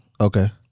Okay